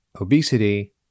obesity